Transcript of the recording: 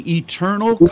eternal